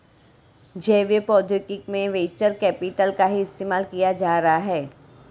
जैव प्रौद्योगिकी में भी वेंचर कैपिटल का ही इस्तेमाल किया जा रहा है